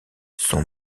sont